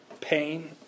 pain